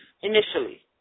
initially